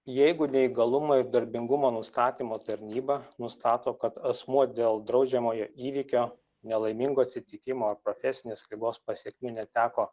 jeigu neįgalumo ir darbingumo nustatymo tarnyba nustato kad asmuo dėl draudžiamojo įvykio nelaimingo atsitikimo ar profesinės ligos pasekmių neteko